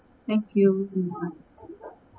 thank you